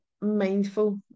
mindful